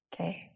Okay